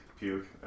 puke